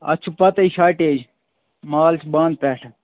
اَتھ چھِ پَتَے شاٹیج مال چھِ بنٛد پٮ۪ٹھٕ